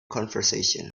conversation